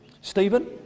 Stephen